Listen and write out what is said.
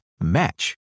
match